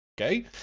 Okay